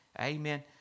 Amen